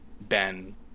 Ben